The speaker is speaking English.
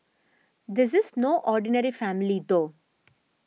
this is no ordinary family though